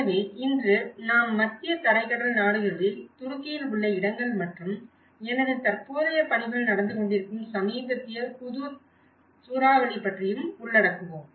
எனவே இன்று நாம் மத்திய தரைக்கடல் நாடுகளில் துருக்கியில் உள்ள இடங்கள் மற்றும் எனது தற்போதைய பணிகள் நடந்து கொண்டிருக்கும் சமீபத்திய ஹுதுத் சூறாவளி பற்றியும் உள்ளடக்குவோம்